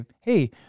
hey